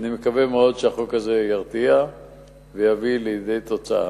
אני מקווה מאוד שהחוק הזה ירתיע ויביא לידי תוצאה.